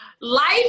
Life